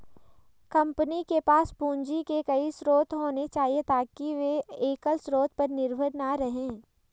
company के पास पूंजी के कई स्रोत होने चाहिए ताकि वे एकल स्रोत पर निर्भर न रहें